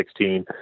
2016